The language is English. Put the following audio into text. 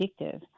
addictive